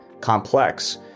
complex